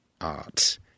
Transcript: art